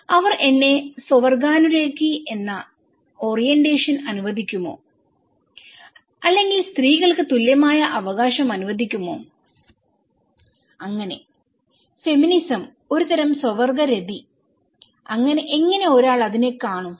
അവർ എന്നെ സ്വവർഗാനുരാഗി എന്ന ഓറിയന്റേഷൻ അനുവദിക്കുമോ അല്ലെങ്കിൽ സ്ത്രീകൾക്ക് തുല്യമായ അവകാശം അനുവദിക്കുമോ അങ്ങനെ ഫെമിനിസം ഒരുതരം സ്വവർഗരതി എങ്ങനെ ഒരാൾ അതിനെ കാണും